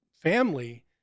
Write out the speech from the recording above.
family